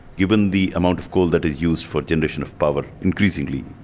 given the amount of coal that is used for generation of power increasingly,